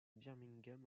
birmingham